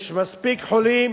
יש מספיק חולים